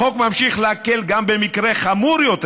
החוק ממשיך להקל גם במקרה חמור יותר,